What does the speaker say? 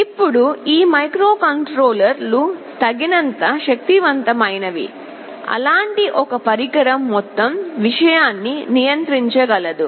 ఇప్పుడు ఈ మైక్రోకంట్రోలర్లు తగినంత శక్తివంతమైనవి అలాంటి ఒక పరికరం మొత్తం విషయాన్ని నియంత్రించగలదు